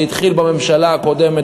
זה התחיל בממשלה הקודמת,